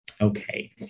Okay